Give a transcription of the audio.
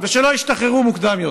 ושלא ישתחררו מוקדם יותר.